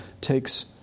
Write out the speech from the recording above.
takes